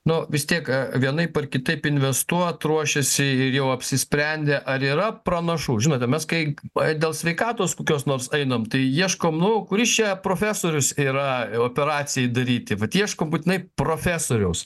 nu vistiek vienaip ar kitaip investuot ruošiasi ir jau apsisprendę ar yra pranašų žinote mes kai dėl sveikatos kokios nors einam tai ieškom nu kuris čia profesorius yra operacijai daryti vat ieškom būtinai profesoriaus